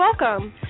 welcome